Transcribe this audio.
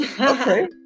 okay